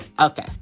Okay